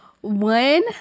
one